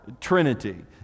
trinity